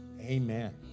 Amen